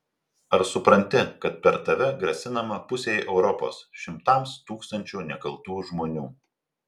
ar supranti kad per tave grasinama pusei europos šimtams tūkstančių nekaltų žmonių